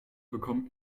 bekommen